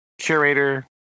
curator